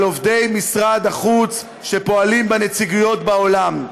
על עובדי משרד החוץ שפועלים בנציגויות בעולם.